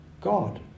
God